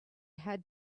had